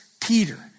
Peter